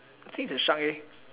I think is a shark